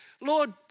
Lord